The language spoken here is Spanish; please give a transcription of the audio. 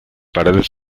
paredes